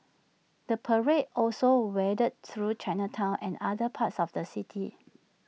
the parade also wended through Chinatown and other parts of the city